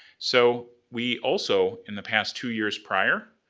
so, we also in the past two years prior,